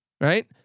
right